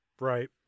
Right